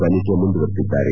ತನಿಖೆ ಮುಂದುವರೆಸಿದ್ದಾರೆ